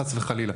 חס וחלילה.